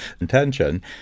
intention